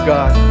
God